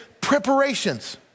preparations